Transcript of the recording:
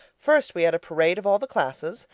first we had a parade of all the classes,